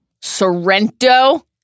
Sorrento